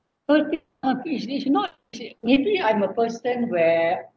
hurt uh lucky is this not maybe I'm the person where